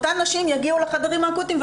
אותן נשים יגיעו לחדרים האקוטיים,